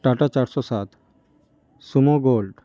tata চারশো সাত Sumo gold